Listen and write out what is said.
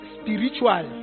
spiritual